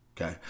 okay